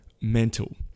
mental